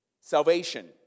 Salvation